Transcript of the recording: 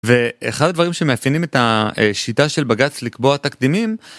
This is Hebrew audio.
ואחד הדברים שמאפיינים את השיטה של בגץ לקבוע תקדימים